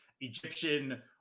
Egyptian